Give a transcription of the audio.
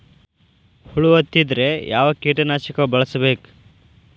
ಹುಳು ಹತ್ತಿದ್ರೆ ಯಾವ ಕೇಟನಾಶಕ ಬಳಸಬೇಕ?